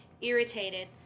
irritated